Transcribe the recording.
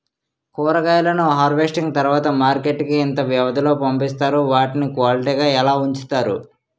కూరగాయలను హార్వెస్టింగ్ తర్వాత మార్కెట్ కి ఇంత వ్యవది లొ పంపిస్తారు? వాటిని క్వాలిటీ గా ఎలా వుంచుతారు?